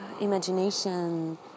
imagination